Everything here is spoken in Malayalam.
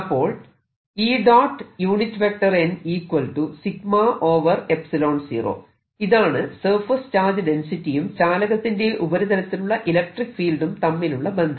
അപ്പോൾ ഇതാണ് സർഫേസ് ചാർജ് ഡെൻസിറ്റിയും ചാലകത്തിന്റെ ഉപരിതലത്തിലുള്ള ഇലക്ട്രിക്ക് ഫീൽഡും തമ്മിലുള്ള ബന്ധം